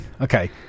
Okay